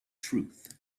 truth